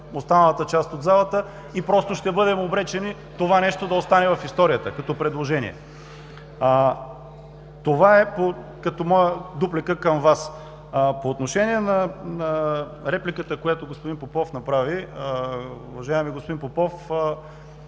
останалата част от залата и ще бъдем обречени това нещо да остане в историята като предложение. Това ми е дупликата към Вас. По отношение на репликата, която господин Попов направи. Уважаеми господин Попов,